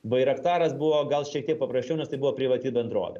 bairaktaras buvo gal šiek tiek paprasčiau nes tai buvo privati bendrovė